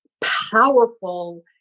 powerful